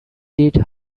did